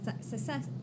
success